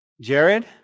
Jared